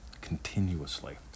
continuously